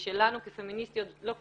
שלנו כפמיניסטיות לא קיימת,